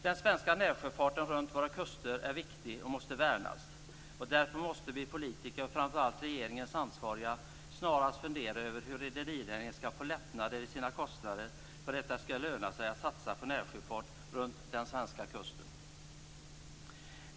Den svenska närsjöfarten runt våra kuster är viktig och måste värnas, och därför måste vi politiker och framför allt regeringens ansvariga snarast fundera över hur rederinäringen skall få lättnader i sina kostnader för att det skall löna sig att satsa på närsjöfart runt den svenska kusten.